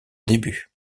début